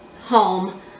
home